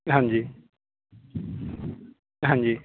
ਹਾਂਜੀ ਹਾਂਜੀ